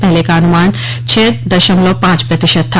पहले का अनुमान छह दशमलव पांच प्रतिशत था